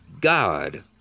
God